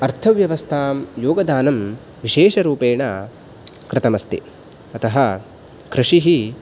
अर्थव्यवस्थां योगदानं विषेशरूपेण कृतमस्ति अतः कृषिः